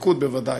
בליכוד בוודאי.